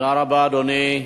תודה רבה, אדוני.